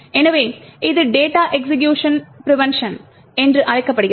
எனவே இது data execution prevention என்று அழைக்கப்படுகிறது